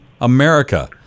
America